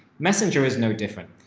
messenger is no different.